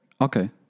Okay